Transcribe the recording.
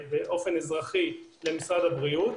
למשרד הבריאות.